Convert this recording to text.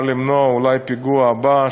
לאחרונה בא אולי למנוע את הפיגוע הבא.